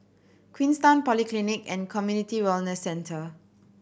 Queenstown Polyclinic and Community Wellness Centre